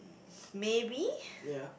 maybe